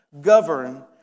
govern